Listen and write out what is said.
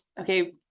okay